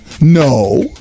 no